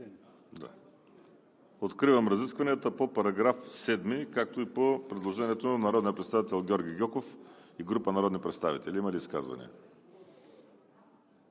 Откривам разискванията по § 7, както и по предложението на народния представител Георги Гьоков и група народни представители. Има ли изказвания?